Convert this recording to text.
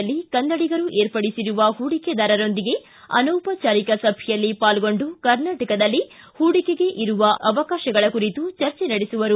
ಯಲ್ಲಿ ಕನ್ನಡಿಗರು ಏರ್ಪಡಿಸಿರುವ ಹೂಡಿಕೆದಾರರೊಂದಿಗಿನ ಅನೌಪಚಾರಿಕ ಸಭೆಯಲ್ಲಿ ಪಾಲ್ಗೊಂಡು ಕರ್ನಾಟಕದಲ್ಲಿ ಹೂಡಿಕೆಗೆ ಇರುವ ಅವಕಾಶಗಳ ಕುರಿತು ಚರ್ಚೆ ನಡೆಸುವರು